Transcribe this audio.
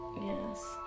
yes